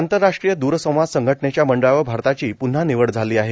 आंतरराष्ट्रीय द्रसंवाद संघटनेच्या मंडळावर भारताची पुन्हा निवड झाली आहे